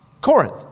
Corinth